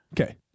Okay